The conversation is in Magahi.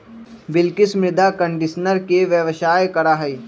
बिलकिश मृदा कंडीशनर के व्यवसाय करा हई